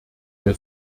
der